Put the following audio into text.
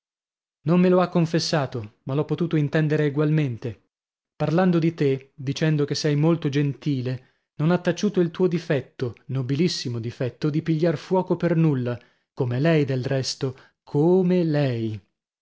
non me lo ha confessato ma l'ho potuto intendere egualmente parlando di te dicendo che sei molto gentile non ha taciuto il tuo difetto nobilissimo difetto di pigliar fuoco per nulla come lei del resto come lei